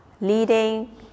leading